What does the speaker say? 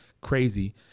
crazy